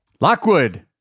Lockwood